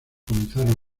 comenzaron